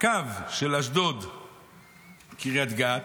הקו של אשדוד קריית גת,